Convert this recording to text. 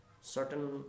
certain